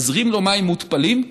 נזרים לו מים מותפלים,